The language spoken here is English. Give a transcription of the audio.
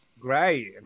Great